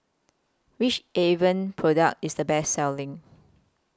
Which Avene Product IS The Best Selling